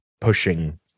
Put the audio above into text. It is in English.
pushing